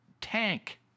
tank